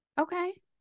Okay